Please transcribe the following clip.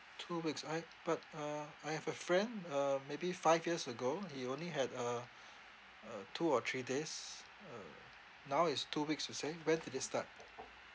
two weeks I but uh I have a friend uh maybe five years ago he only had uh uh two or three days uh now is two weeks you say when did it start